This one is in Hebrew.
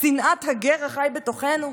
שנאת הגר החי בתוכנו?